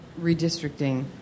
redistricting